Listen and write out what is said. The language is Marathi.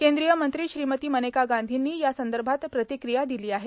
केंद्रीय मंत्री श्रीमती मनेका गांधींनी यासंदर्भात प्रतिक्रिया दिली आहे